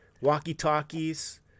walkie-talkies